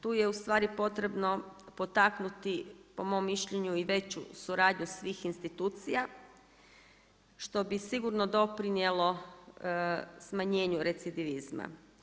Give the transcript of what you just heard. Tu je ustvari potrebno potaknuti po mom mišljenju i veću suradnju svih institucija što bi sigurno doprinijelo smanjenju recidivizma.